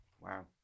wow